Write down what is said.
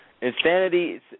Insanity